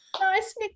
Nice